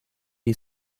die